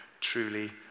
truly